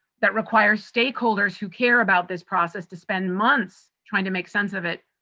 that requires stakeholders who care about this process to spend months trying to make sense of it,